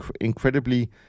incredibly